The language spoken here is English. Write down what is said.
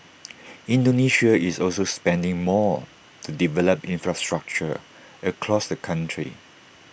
Indonesia is also spending more to develop infrastructure across the country